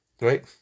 right